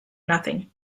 nothing